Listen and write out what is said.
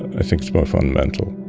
i think it's more fundamental.